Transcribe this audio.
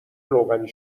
روغنی